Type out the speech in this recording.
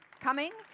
coming.